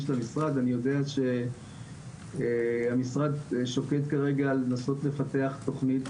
של המשרד אני יודע שהמשרד שוקד כרגע לנסות לפתח תוכנית